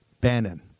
Bannon